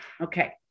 Okay